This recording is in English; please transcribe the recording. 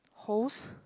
host